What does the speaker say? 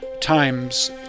times